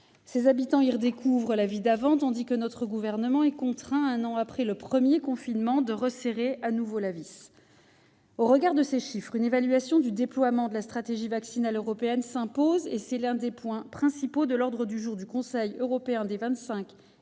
ces pays y redécouvrent la vie d'avant tandis que notre gouvernement est contraint, un an après le premier confinement, de resserrer la vis. Au regard de ces chiffres, une évaluation du déploiement de la stratégie vaccinale européenne s'impose ; c'est l'un des points principaux de l'ordre du jour du Conseil européen des 25